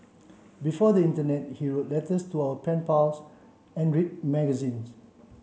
before the internet he wrote letters to our pen pals and read magazines